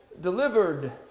delivered